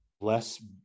less